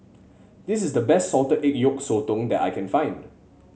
this is the best Salted Egg Yolk Sotong that I can find